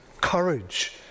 courage